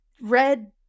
red